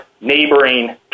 neighboring